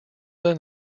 than